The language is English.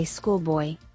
schoolboy